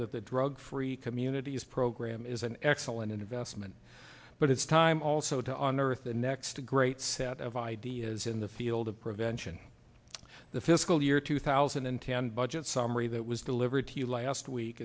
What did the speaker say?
that the drug free community is program is an excellent investment but it's time also to on earth the next a great set of ideas in the field of prevention the fiscal year two thousand and ten budget summary that was delivered to you last week